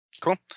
Cool